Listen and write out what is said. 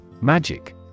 Magic